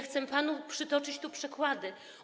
Chcę panu przytoczyć przykłady.